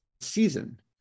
season